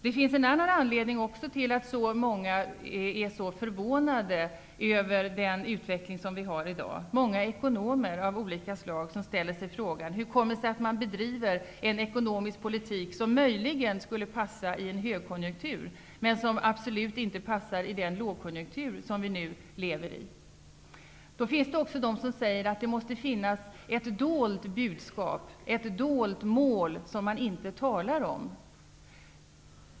Det finns också en annan anledning till att så många är så förvånade över den utveckling som vi har i dag. Många ekonomer av olika slag ställer sig frågan hur det kommer sig att man bedriver en ekonomisk politik som möjligen skulle passa i en högkonjunktur men som absolut inte passar i den lågkonjunktur som vi nu lever i. Det finns också de som säger att det måste finnas ett dolt budskap och ett dolt mål som man inte talar om.